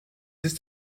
ist